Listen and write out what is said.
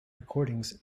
recordings